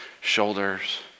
shoulders